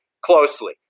closely